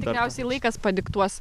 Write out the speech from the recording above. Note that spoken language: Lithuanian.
tikriausiai laikas padiktuos